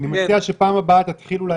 מציע שבפעם הבאה תתחיל אולי,